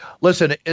Listen